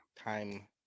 time